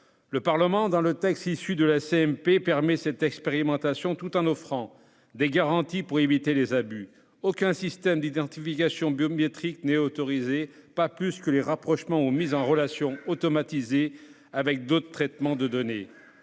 de la commission mixte paritaire autorise une expérimentation, tout en offrant des garanties pour éviter les abus. Aucun système d'identification biométrique n'est autorisé, pas plus que les rapprochements ou mises en relation automatisées avec d'autres traitements de données.